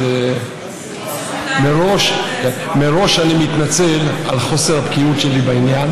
אז מראש אני מתנצל על חוסר הבקיאות שלי בעניין.